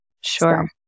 Sure